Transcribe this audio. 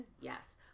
Yes